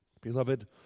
Beloved